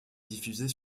diffusés